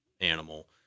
animal